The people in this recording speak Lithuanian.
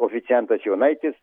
oficiantas jonaitis